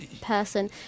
person